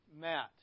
Matt